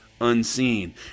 unseen